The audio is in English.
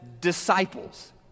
disciples